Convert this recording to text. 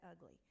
ugly